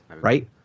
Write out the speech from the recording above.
right